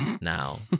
now